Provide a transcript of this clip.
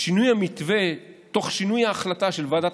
שינוי המתווה תוך שינוי ההחלטה של ועדת